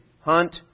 hunt